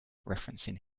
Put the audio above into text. referencing